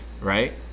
right